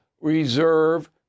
reserve